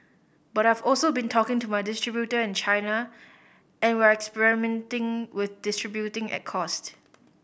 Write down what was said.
but I've also been talking to my distributor in China and we're experimenting with distributing at cost